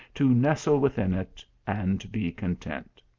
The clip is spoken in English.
to nestle within it, and be content.